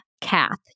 cath